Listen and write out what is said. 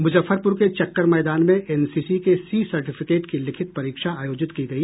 मुजफ्फरपुर के चक्कर मैदान में एनसीसी के सी सर्टीफिकेट की लिखित परीक्षा आयोजित की गई